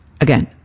Again